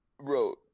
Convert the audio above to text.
Bro